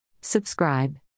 Subscribe